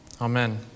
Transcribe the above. amen